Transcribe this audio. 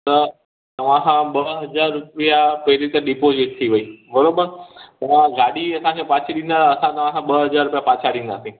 त तव्हांखे ॿ हज़ार रुपिया पहिरीं त ॾिपोज़िट थी वयी बराबरि तव्हां गाॾी असांखे पाछी ॾींदा असां तव्हांखे ॿ हज़ार पाछा ॾींदासीं